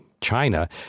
China